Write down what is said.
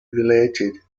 related